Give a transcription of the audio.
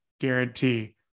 guarantee